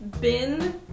bin